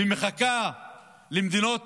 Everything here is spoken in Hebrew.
והיא מחכה למדינות